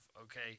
okay